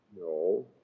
No